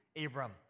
Abram